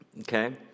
okay